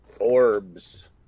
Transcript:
orbs